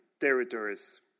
territories